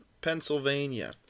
Pennsylvania